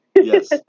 Yes